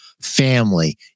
family